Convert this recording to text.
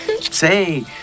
say